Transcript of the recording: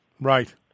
Right